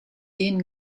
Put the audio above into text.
denen